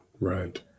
Right